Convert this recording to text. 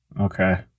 okay